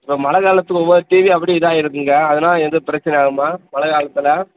இப்போ மழை காலத்துக்கு ஒவ்வொரு டிவி அப்படியே இது ஆகிருதுங்க அதனால் எந்த பிரச்சின ஆகுமா மழை காலத்தில்